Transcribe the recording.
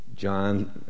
John